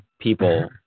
people